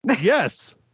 Yes